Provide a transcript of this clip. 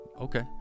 okay